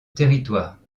territoire